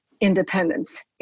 Independence